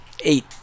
Eight